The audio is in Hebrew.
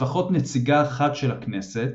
לפחות נציגה אחת של הכנסת,